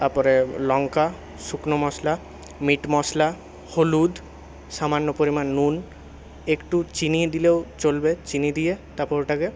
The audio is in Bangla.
তারপরে লঙ্কা শুকনো মশলা মিট মশলা হলুদ সামান্য পরিমাণ নুন একটু চিনি দিলেও চলবে চিনি দিয়ে তারপর ওটাকে